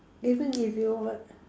even if you were